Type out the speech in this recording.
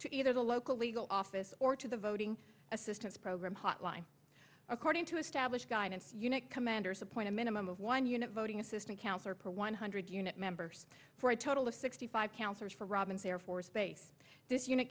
the local legal office or to the voting assistance program hotline according to establish guidance unit commanders appoint a minimum of one unit voting assistant councillor peron hundred unit members for a total of sixty five councillors for robins air force base this unit